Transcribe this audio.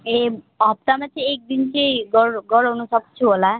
ए हप्तामा चाहिँ एक दिन चाहिँ गएर गराउनसक्छु होला